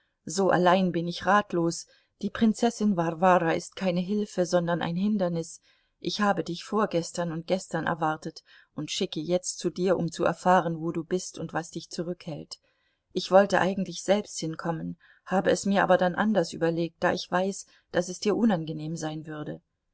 so allein bin ich ratlos die prinzessin warwara ist keine hilfe sondern ein hindernis ich habe dich vorgestern und gestern erwartet und schicke jetzt zu dir um zu erfahren wo du bist und was dich zurückhält ich wollte eigentlich selbst hinkommen habe es mir aber dann anders überlegt da ich weiß daß es dir unangenehm sein würde